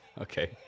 Okay